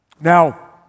Now